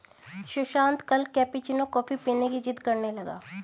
सुशांत कल cappuccino coffee पीने की जिद्द करने लगा